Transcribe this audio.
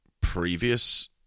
previous